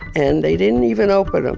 and they didn't even open them.